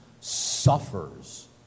suffers